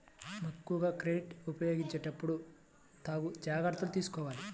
ముక్కెంగా క్రెడిట్ ఉపయోగించేటప్పుడు తగు జాగర్తలు తీసుకోవాలి